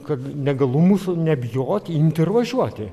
kad negalumus nebijoti imti ir važiuoti